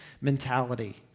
mentality